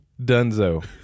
Dunzo